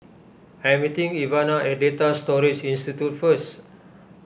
I am meeting Ivana at Data Storage Institute first